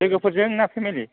लोगोफोरजों ना पेमेलि